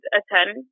attend